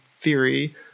theory